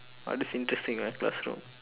what is interesting in my classroom